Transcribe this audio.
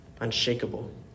unshakable